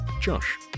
josh